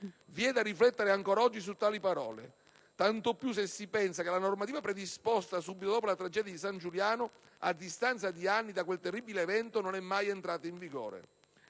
Vi è da riflettere ancora oggi su tali parole. Tanto più se si pensa che la normativa predisposta subito dopo la tragedia di San Giuliano, a distanza di sei anni da quel terribile evento, non è mai entrata in vigore.